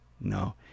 No